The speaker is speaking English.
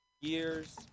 years